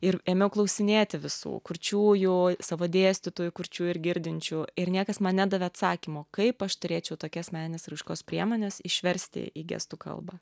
ir ėmiau klausinėti visų kurčiųjų savo dėstytojų kurčiųjų ir girdinčių ir niekas man nedavė atsakymo kaip aš turėčiau tokias menines raiškos priemones išversti į gestų kalbą